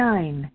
Nine